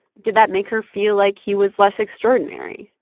did that make her feel like he was less extraordinary?